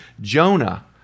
Jonah